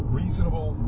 reasonable